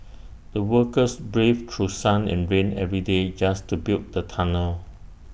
the workers braved through sun and rain every day just to build the tunnel